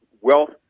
wealth